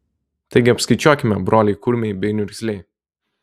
taigi apskaičiuokime broliai kurmiai bei niurzgliai